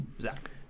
Zach